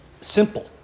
Simple